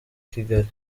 kigali